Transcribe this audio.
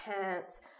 pants